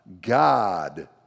God